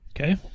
okay